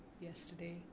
yesterday